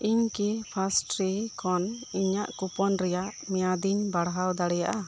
ᱤᱧ ᱠᱤ ᱯᱷᱟᱨᱥᱴᱨᱤ ᱠᱷᱚᱱ ᱤᱧᱟᱹᱜ ᱠᱩᱯᱚᱱ ᱨᱮᱭᱟᱜ ᱢᱮᱭᱟᱫᱤᱧ ᱵᱟᱲᱦᱟᱣ ᱫᱟᱲᱮᱭᱟᱜᱼᱟ